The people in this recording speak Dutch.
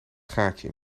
gaatje